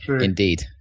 Indeed